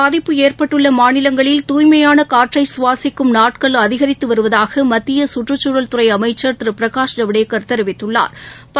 பாதிப்பு ஏற்பட்டுள்ளமாநிலங்களில் தூய்மையானகாற்றைசுவாசிக்கும் நாட்கள் சுற்றுச்சூழல் அதிகரித்துவருவதாகமத்தியசுற்றுச்சூழல் துறைஅமைச்சா் திருபிரகாஷ் ஜவ்டேகா் தெரிவித்துள்ளாா்